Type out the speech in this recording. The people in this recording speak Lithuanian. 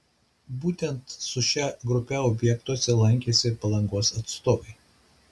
būtent su šia grupe objektuose lankėsi palangos atstovai